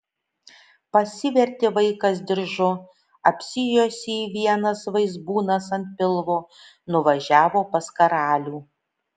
pasivertė vaikas diržu apsijuosė jį vienas vaizbūnas ant pilvo nuvažiavo pas karalių